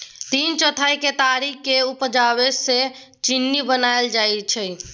तीन चौथाई केतारीक उपजा सँ चीन्नी बनाएल जाइ छै